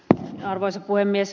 arvoisa puhemies